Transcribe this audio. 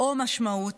או משמעות.